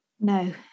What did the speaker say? no